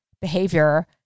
behavior